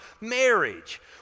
marriage